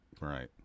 Right